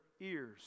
ears